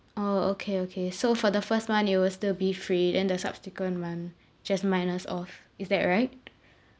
orh okay okay so for the first month it will still be free then the subsequent month just minus off is that right